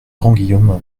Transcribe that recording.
grandguillaume